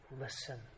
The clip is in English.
listen